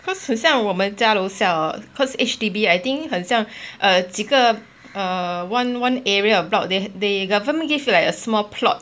because 很像我们家楼下 hor because H_D_B I think 很像 err 几个 err one one area of block they they government give like a small plot